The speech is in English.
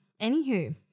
Anywho